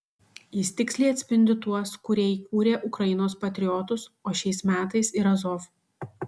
jis tiksliai atspindi tuos kurie įkūrė ukrainos patriotus o šiais metais ir azov